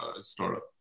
startup